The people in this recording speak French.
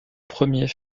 premier